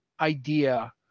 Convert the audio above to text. idea